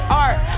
art